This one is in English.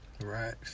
Right